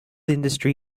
industry